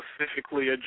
specifically